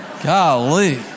Golly